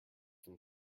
from